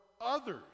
others